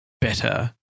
better